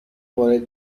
وارد